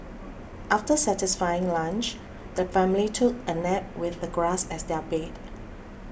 after satisfying lunch the family took a nap with the grass as their bed